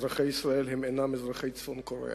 אזרחי ישראל אינם אזרחי צפון-קוריאה.